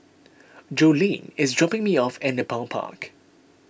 Jolene is dropping me off at Nepal Park